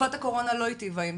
תקופת הקורונה לא היטיבה עם